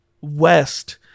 west